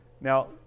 now